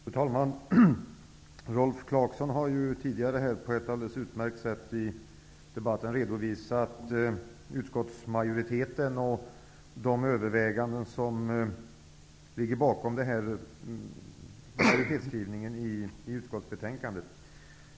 Fru talman! Rolf Clarkson har på ett utmärkt sätt tidigare i debatten företrätt utskottets majoritet och redovisat de överväganden som ligger bakom majoritetsskrivningen i betänkandet.